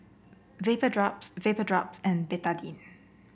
Vapodrops Vapodrops and Betadine